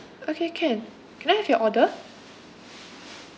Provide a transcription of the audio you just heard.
okay can can I have your order